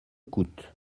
coûte